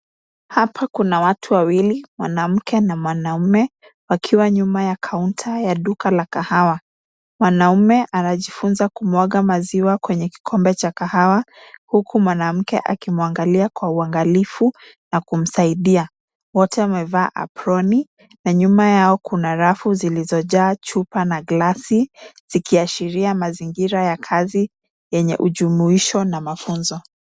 Hapa kuna watu wawili mwanamke na mwanaume, wakiwa nyuma ya kaunta ya duka la kahawa. Mwanaume anajifunza kumwaga maziwa kwenye kikombe cha kahawa huku mwanamke akimwangalia kwa uangalifu na kumsaidia. Wote wamevaa aproni na nyuma yao kuna rafu zilizojaa chupa na glasi, zikiashiria mazingira ya kazi, yenye ujumuisho na mafunzo.